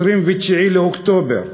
29 באוקטובר,